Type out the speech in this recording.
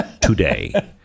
today